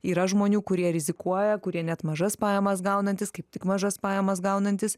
yra žmonių kurie rizikuoja kurie net mažas pajamas gaunantys kaip tik mažas pajamas gaunantys